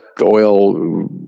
Oil